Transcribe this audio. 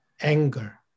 anger